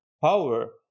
power